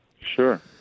Sure